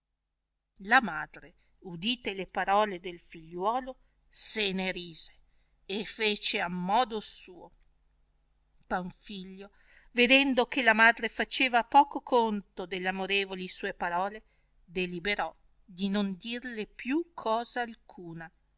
la madre udite le parole del figliuolo se ne rise e fece a modo suo panfilio vedendo che la madre faceva poco conto delle amorevoli sue parole deliberò di non dirle più cosa alcuna